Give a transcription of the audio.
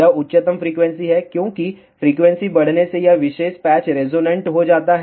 यह उच्चतम फ्रीक्वेंसी है क्योंकि फ्रीक्वेंसी बढ़ने से यह विशेष पैच रेसोनेन्ट हो जाता है